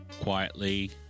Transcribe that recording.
Quietly